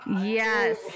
Yes